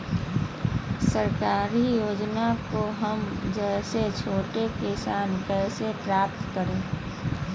सरकारी योजना को हम जैसे छोटे किसान कैसे प्राप्त करें?